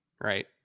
right